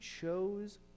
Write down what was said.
chose